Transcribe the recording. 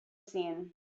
seen